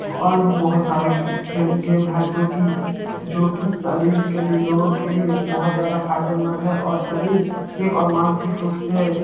और बहुत सारे खेल गेम हैं जो कि जो कि शरीर के लिए लोगों के लिए बहुत ज़्यादा फ़ायदेमंद हैं और शारीरिक और मानसिक रूप से